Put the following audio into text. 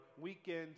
weekend